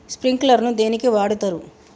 Sprinkler ను దేనికి వాడుతరు?